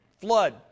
Flood